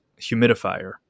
humidifier